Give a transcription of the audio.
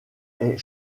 est